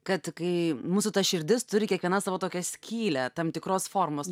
kad kai mūsų ta širdis turi kiekviena savo tokią skylę tam tikros formos